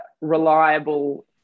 reliable